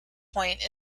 point